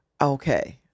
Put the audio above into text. Okay